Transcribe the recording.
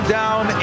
down